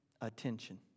Attention